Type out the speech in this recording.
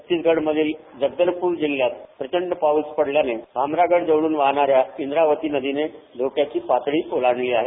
छत्तीसगडमधील जगदलपूर जिल्ह्यात प्रचंड पाऊस पडल्यानं भामरागडजवळून वाहणाऱ्या इंद्रावती नदीनं धोक्याची पातळी ओलांडली आहे